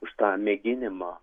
už tą mėginimą